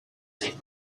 saint